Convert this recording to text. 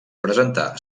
presentar